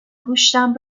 گوشتم